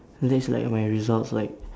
unless like my results like